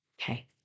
Okay